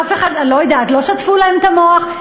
אף אחד, אני לא יודעת, לא שטפו להם את המוח.